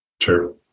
Sure